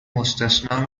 مستثنی